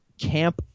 camp